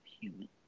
human